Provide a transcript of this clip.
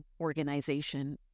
organization